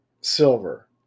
Silver